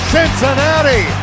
Cincinnati